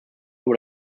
über